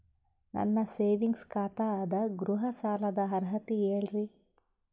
ನನ್ನ ಸೇವಿಂಗ್ಸ್ ಖಾತಾ ಅದ, ಗೃಹ ಸಾಲದ ಅರ್ಹತಿ ಹೇಳರಿ?